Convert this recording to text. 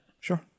Sure